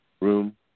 room